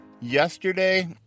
yesterday